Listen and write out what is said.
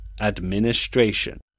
Administration